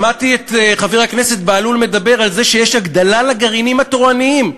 שמעתי את חבר הכנסת בהלול מדבר על זה שיש הגדלה לגרעינים התורניים.